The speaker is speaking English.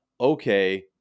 okay